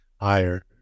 higher